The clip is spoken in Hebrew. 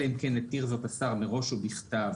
אלא אם כן התיר זאת השר מראש ובכתב